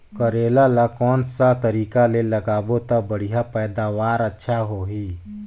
करेला ला कोन सा तरीका ले लगाबो ता बढ़िया पैदावार अच्छा होही?